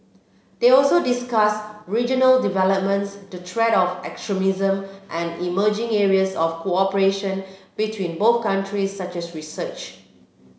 they also discuss regional developments the threat of extremism and emerging areas of cooperation between both countries such as research